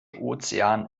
ozean